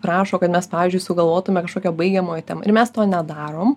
rašo kad mes pavyzdžiui sugalvotume kažkokią baigiamojo temą ir mes to nedarom